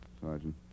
Sergeant